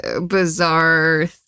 bizarre